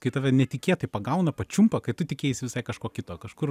kai tave netikėtai pagauna pačiumpa kai tu tikėjaisi visai kažko kito kažkur